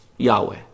Yahweh